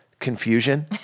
confusion